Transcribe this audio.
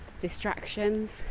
distractions